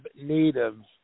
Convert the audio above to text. natives